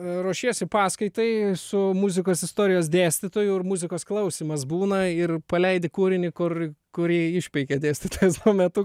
ruošiesi paskaitai su muzikos istorijos dėstytoju ir muzikos klausymas būna ir paleidi kūrinį kur kurį išpeikia dėstytojas tuo metu